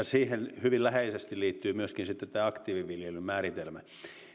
siihen hyvin läheisesti liittyy myöskin tämä aktiiviviljelyn määritelmä